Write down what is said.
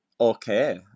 Okay